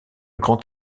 grand